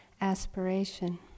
aspiration